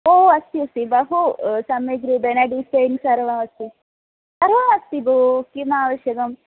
ओ अस्ति अस्ति बहु सम्यग्रूपेण डिसैन् सर्वम् अस्ति सर्वमस्ति भो किम् आवश्यकम्